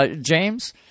James